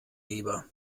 lieber